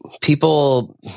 people